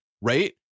right